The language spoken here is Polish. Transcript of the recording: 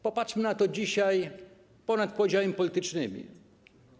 Popatrzmy na to dzisiaj ponad podziałami politycznymi.